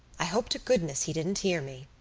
i hope to goodness he didn't hear me.